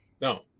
No